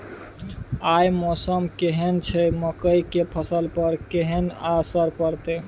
आय मौसम केहन छै मकई के फसल पर केहन असर परतै?